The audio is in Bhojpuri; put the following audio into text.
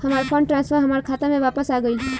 हमार फंड ट्रांसफर हमार खाता में वापस आ गइल